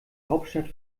hauptstadt